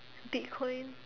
bitcoin